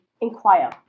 inquire